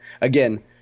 Again